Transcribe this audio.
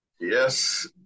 Yes